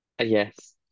yes